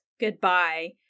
goodbye